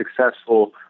successful